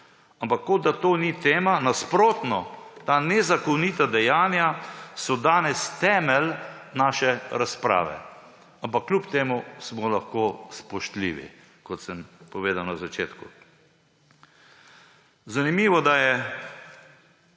Ampak kot da to ni tema, nasprotno; ta nezakonita dejanja so danes temelj naše razprave. Ampak kljub temu smo lahko spoštljivi, kot sem povedal na začetku. Zanimivo, da je